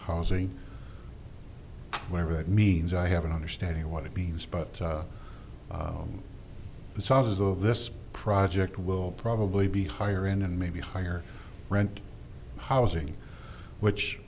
housing whatever that means i have an understanding of what it means but the size of this project will probably be higher end and maybe higher rent housing which